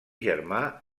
germà